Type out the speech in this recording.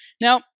Now